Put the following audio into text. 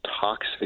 toxic